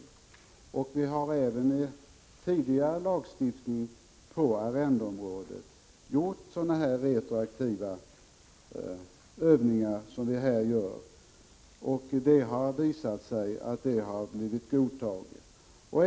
Vi har även tidigare på arrendeområdet tillämpat retroaktivitet så som vi gör här. Det har också visat sig att detta har blivit godtaget.